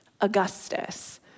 Augustus